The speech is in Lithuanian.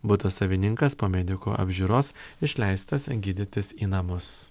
buto savininkas po medikų apžiūros išleistas gydytis į namus